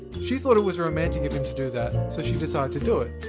she thought it was romantic of him to do that, so she decided to do it.